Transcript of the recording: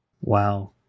Wow